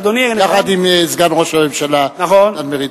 יחד עם סגן ראש הממשלה דן מרידור.